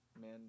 man